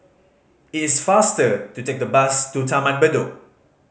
it is faster to take the bus to Taman Bedok